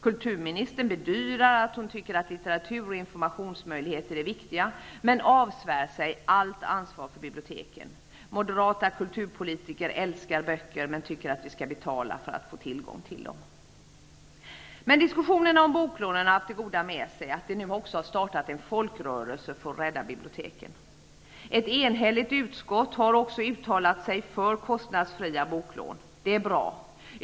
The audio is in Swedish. Kulturministern bedyrar att hon tycker att litteratur och informationsmöjligheter är viktiga men avsvär sig allt ansvar för biblioteken. Moderata kulturpolitiker älskar böcker men tycker att vi skall betala för att få tillgång till dem. Diskussionerna om boklånen har haft det goda med sig att det nu har startat en folkrörelse för att rädda biblioteken. Ett enhälligt utskott har också uttalat sig för kostnadsfria boklån. Det är bra.